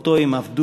שאותו הם איבדו,